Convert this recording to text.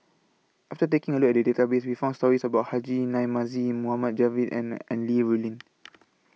after taking A Look At The Database We found stories about Haji Namazie Mohamed Javad and An Li Rulin